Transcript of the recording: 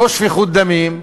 לא שפיכות דמים,